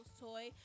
toy